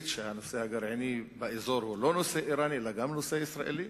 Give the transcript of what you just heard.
שהנושא הגרעיני באזור הוא לא נושא אירני אלא גם נושא ישראלי,